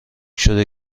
شده